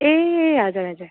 ए हजुर हजुर